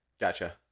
gotcha